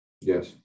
Yes